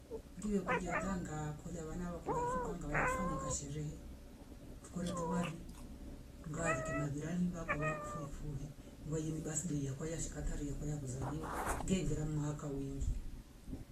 Ngiwe kundia tanga kolia wana wakomalifu kangawaya tufanye kashere tukure tuwari tungaalike majirani vakowa kufui kufui vawaini basdei ya kwaya shika taria wakaya kuzaliwa ngei ngara mwaka uwingi